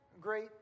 great